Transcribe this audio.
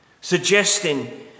Suggesting